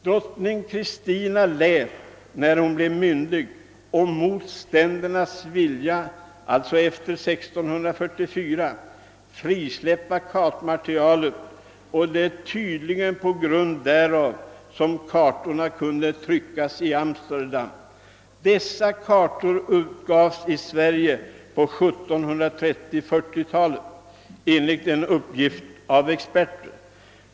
Drottning Kristina lät när hon blev myndig och mot ständernas vilja efter 1644 frisläppa kartmaterialet, och det är tydligen på grundval därav som kartorna kunde tryckas i Amsterdam. Dessa kartor utgavs i Sverige på 1730—1740-talet; enligt uppgift av experter.